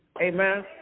Amen